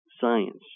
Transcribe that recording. science